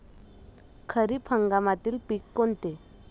खरीप हंगामातले पिकं कोनते?